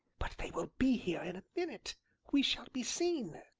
but they will be here in minute we shall be seen.